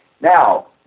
Now